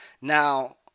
Now